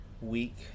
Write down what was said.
week